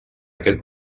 aquest